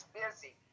busy